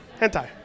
Hentai